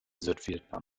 südvietnam